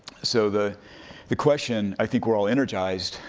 so the the question, i think we're all energized.